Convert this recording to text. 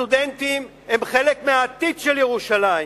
הסטודנטים הם חלק מהעתיד של ירושלים.